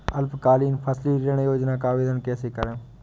अल्पकालीन फसली ऋण योजना का आवेदन कैसे करें?